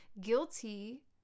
guilty